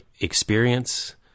experience